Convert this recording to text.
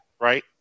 right